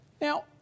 Now